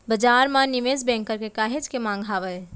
बजार म निवेस बेंकर के काहेच के मांग हावय